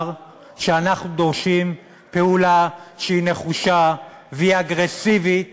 שאנחנו דורשים פעולה שהיא נחושה והיא אגרסיבית